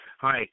Hi